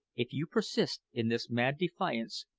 if you persist in this mad defiance,